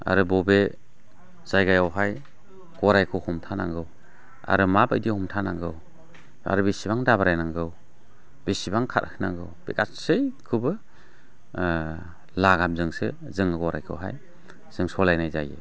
आरो बबे जायगायावहाय गराइखौ हमथानांगौ आरो माबायदि हमथानांगौ आरो बेसेबां दाब्रायनांगौ बेसेबां खारहोनांगौ बे गासैखौबो लागामजोंसो जों गराइखौहाय जों सालायनाय जायो